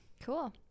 Cool